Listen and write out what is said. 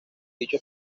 dicho